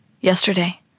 Yesterday